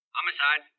Homicide